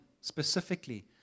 specifically